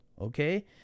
okay